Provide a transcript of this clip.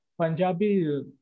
Punjabi